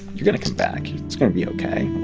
you're going to come back. it's going to be ok.